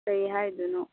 ꯀꯩ ꯍꯥꯏꯗꯣꯏꯅꯣ